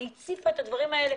היא הציפה את הדברים האלה